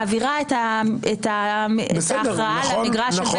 מעבירה את ההכרעה למגרש של בית המשפט.